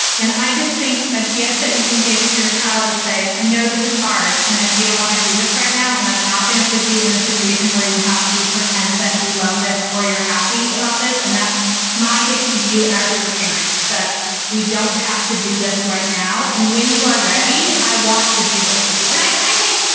and i just think a gift that you can give to your child to say, i know this is hard and that you don't want to do this right now. and i'm not going to put you in a situation where you have to pretend that you love this or you're happy about this. and that's my gift to you as your parents, that we don't have to do this right now. and when you are ready. i want to do this with you. and i think,